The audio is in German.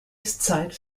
zeit